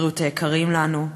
בריאות היקרים לנו,